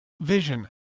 vision